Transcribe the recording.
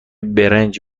برنج